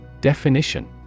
Definition